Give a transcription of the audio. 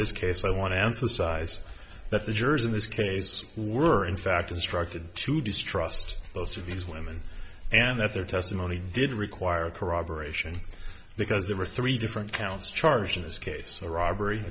this case i want to emphasize that the jurors in this case were in fact instructed to distrust both of these women and that their testimony did require corroboration because there were three different counts charged in this case a robbery